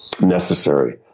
necessary